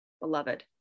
beloved